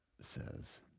says